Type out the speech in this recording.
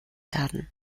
werden